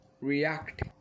react